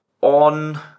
on